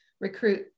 recruit